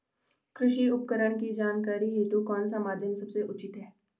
कृषि उपकरण की जानकारी हेतु कौन सा माध्यम सबसे उचित है?